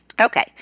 Okay